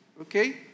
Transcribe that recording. Okay